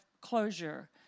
closure